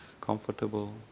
comfortable